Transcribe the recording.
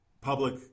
public